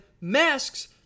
masks